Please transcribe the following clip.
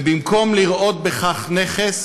ובמקום לראות בכך נכס,